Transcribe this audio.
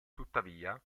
tuttavia